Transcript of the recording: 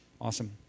Awesome